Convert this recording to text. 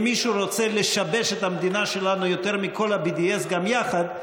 אם מישהו רוצה לשבש את המדינה שלנו יותר מכל ה-BDS גם יחד,